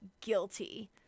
guilty